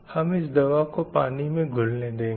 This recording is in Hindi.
हम इस दवा को पानी में घुलने देंगे